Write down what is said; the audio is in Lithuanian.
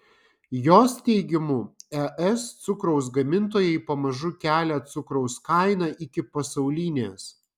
jos teigimu es cukraus gamintojai pamažu kelia cukraus kainą iki pasaulinės